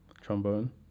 Trombone